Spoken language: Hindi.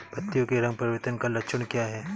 पत्तियों के रंग परिवर्तन का लक्षण क्या है?